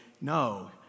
no